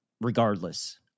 regardless